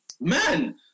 man